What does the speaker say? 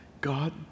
God